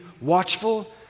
watchful